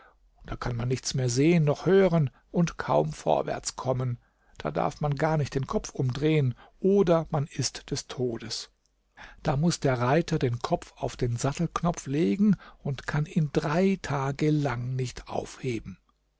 da kann man nichts mehr sehen noch hören und kaum vorwärts kommen da darf man gar nicht den kopf umdrehen oder man ist des todes da muß der reiter den kopf auf den sattelknopf legen und kann ihn drei tage lang nicht aufheben